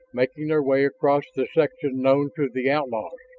making their way across the section known to the outlaws.